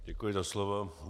Děkuji za slovo.